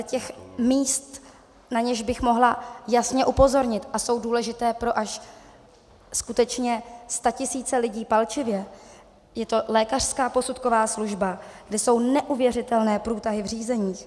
Těch míst, na něž bych mohla jasně upozornit a jsou důležitá pro až skutečně statisíce lidí palčivě, je to lékařská posudková služba, kde jsou neuvěřitelné průtahy v řízeních.